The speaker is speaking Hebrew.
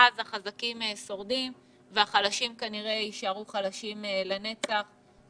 ואז החזקים שורדים והחלשים כנראה יישארו חלשים לנצח.